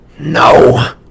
no